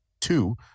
Two